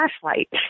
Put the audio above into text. flashlight